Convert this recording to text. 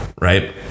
right